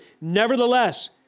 Nevertheless